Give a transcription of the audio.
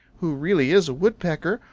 who really is a woodpecker,